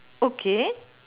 okay